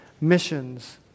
missions